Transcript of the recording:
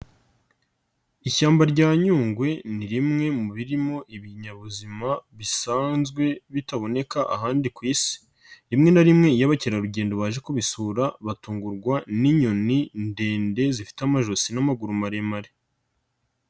Ishyamba rya Nyungwe ni rimwe mu birimo ibinyabuzima bisanzwe bitaboneka ahandi ku isi, rimwe na rimwe iyo abakerarugendo baje kubisura batungurwa n'inyoni ndende zifite amajosi n'amaguru maremare.